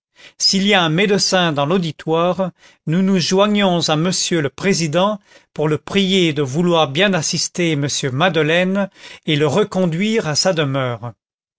s'il y a un médecin dans l'auditoire nous nous joignons à monsieur le président pour le prier de vouloir bien assister monsieur madeleine et le reconduire à sa demeure